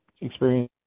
experience